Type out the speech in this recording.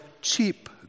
cheap